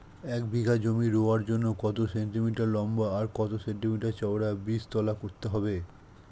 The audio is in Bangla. এক বিঘা জমি রোয়ার জন্য কত সেন্টিমিটার লম্বা আর কত সেন্টিমিটার চওড়া বীজতলা করতে হবে?